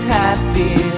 happy